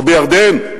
או בירדן.